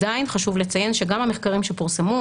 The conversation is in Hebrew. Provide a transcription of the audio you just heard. חשוב לציין שגם המחקרים שפורסמו,